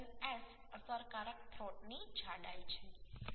7S અસરકારક થ્રોટની જાડાઈ છે